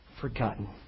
forgotten